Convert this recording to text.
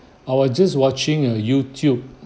I was just watching a YouTube